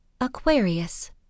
Aquarius